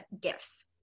gifts